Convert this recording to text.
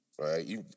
Right